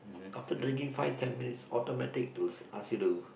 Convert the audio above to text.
after drinking five ten minutes automatic they will ask you to